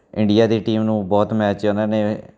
India ਦੀ team ਨੂੰ ਬਹੁਤ ਮੈਚ ਉਹਨਾਂ ਨੇ